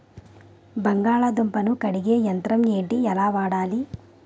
బంగాళదుంప ను కడిగే యంత్రం ఏంటి? ఎలా వాడాలి?